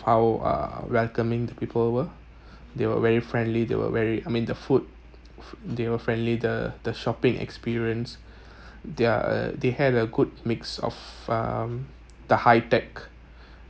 how uh welcoming the people were they were very friendly they were very I mean the food f~ they were friendly the the shopping experience their uh they had a good mix of um the high tech